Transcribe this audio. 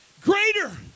greater